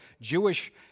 Jewish